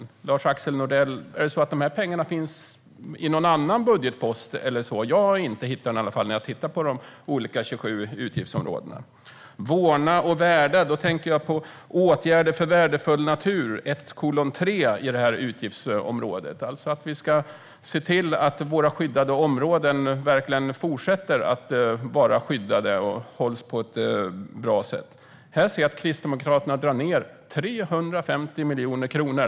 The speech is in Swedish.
Finns dessa pengar under någon annan budgetpost? Jag har inte hittat dem när jag har tittat på de 27 olika utgiftsområdena. Om vi ska vårda och värna tänker jag på åtgärder för värdefull natur, som återfinns under 1:3 i utgiftsområdet. Vi ska se till att våra skyddade områden verkligen fortsätter att vara skyddade och sköts på ett bra sätt. Jag ser här att Kristdemokraterna drar ned 350 miljoner kronor.